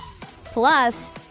Plus